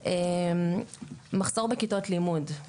מחסור בכיתות לימוד,